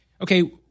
okay